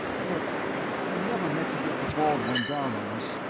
look i never meant to get the bald one down on us,